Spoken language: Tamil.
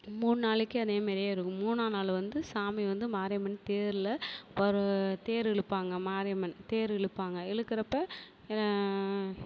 மூணு நாளைக்கு அதேமாரியே இருக்கும் மூணாது நாள் வந்து சாமி வந்து மாரியம்மன் தேரில் தேர் இழுப்பாங்க மாரியம்மன் தேர் இழுப்பாங்க இழுக்கிறப்ப